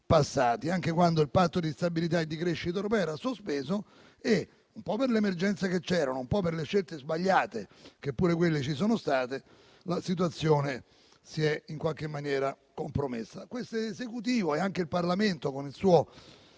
passati: quando il Patto di stabilità e crescita europea era sospeso e, un po' per le emergenze in corso e un po' per le scelte sbagliate, che pure ci sono state, la situazione si è in qualche maniera compromessa. Questo Esecutivo e anche il Parlamento con il suo